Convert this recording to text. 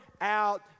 out